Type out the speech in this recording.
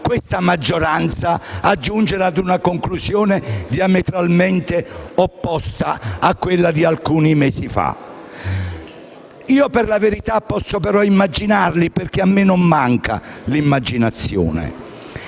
questa maggioranza a giungere a una conclusione diametralmente opposta a quella di alcuni mesi fa. Per la verità, posso immaginarle perché a me non manca l'immaginazione,